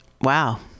wow